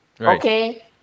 Okay